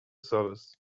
service